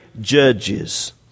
judges